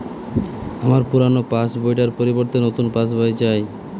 আমার পুরানো পাশ বই টার পরিবর্তে নতুন পাশ বই চাই